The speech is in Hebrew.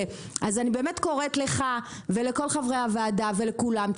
אז אני באמת קוראת לך ולכל חברי הוועדה ולכולם,